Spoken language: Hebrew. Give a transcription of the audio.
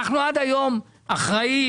אנחנו עד היום אחראים,